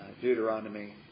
Deuteronomy